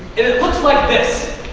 it looks like this.